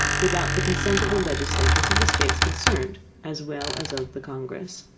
without the consent of the legislatures of the states concerned as well as of the congress.